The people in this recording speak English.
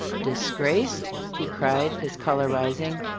disgraced? he cried, his colour rising.